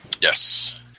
Yes